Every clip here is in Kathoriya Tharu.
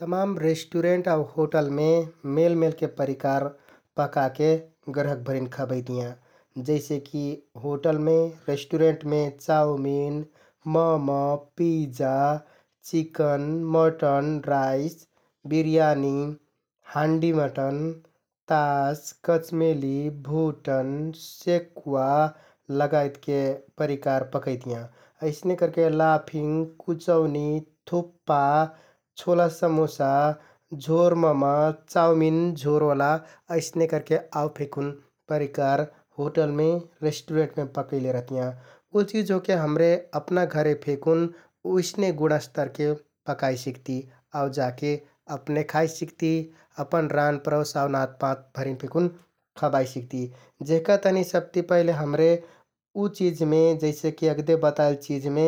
तमाम रेष्‍टुरेन्ट आउ होटलमे मेलमेलके परिकार पकाके ग्राहकभरिन खबैतियाँ । जैसेकि होटलमे, रेष्‍टुरेन्टमे chowmein, momo, pizza, chicken, mutton rice, biryani, handi mutton, तास, कचमेलि, भुटन, सेकुवा लगायतके परिकार पकैतियाँ । अइसने करके लाफिङ्ग, कुचौनि, थुक्पा, छोला समुसा, झोर म:म, चाउमिन झोरओला अइसने करके आउ फेकुन परिकार होटलमे, रेष्‍टुरेन्टमे पकैले रहतियाँ । उ चिझ ओहके हमरे अपना घरे फेकुन उइसने गुणस्तरके पकाइ सिक्ति आउ जाके अपने खाइ सिक्ति । अपन रानपरोस आउ नाँतपाँतभरिन फेकुन खबाइ सिक्ति । जेहका तहनि सबति पहिले हमरे उ चिझमे-जैसेकि अगदे बताइल चिझमे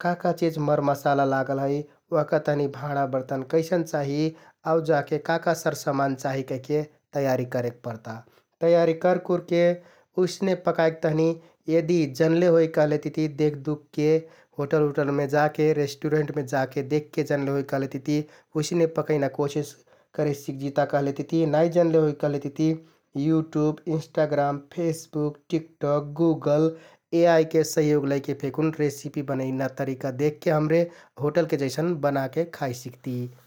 का का चिझ मरमसाला लागल है, ओहका तहनि भाँडा बर्तन कैसन चाहि आउ जाके का का सरसमान चाहि कहिके तयारी करे परता । तयारी करकुरके उइसने पकाइक तहनि यदि जनले होइ कहलेतिति देखदुखके, होटल उटलमे जाके, रेष्‍टुरेन्टमे जाके देखके जनले होइ कहलेतिति उइसने पकैना कोसिस करे सिकजिता । कहलेतिति नाइ जनले होइ कहलेतिति YouTube, Instagram, Facebook, TikTok, Google, एआइके सहयोग लैके फेकुन रेसिपि बनैना तरिका देखके हमरे होटलके जैसन बनाके खाइ सिक्ति ।